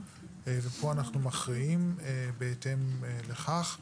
ופה אנחנו מכריעים בהתאם לכך.